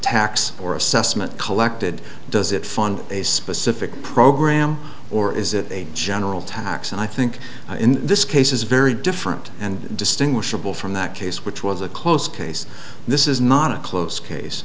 tax or assessment collected does it fund a specific program or is it a general tax and i think in this case is very different and distinguishable from that case which was a close case this is not a close case